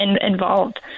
involved